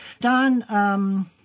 Don